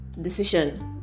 decision